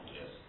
Yes